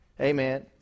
Amen